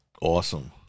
Awesome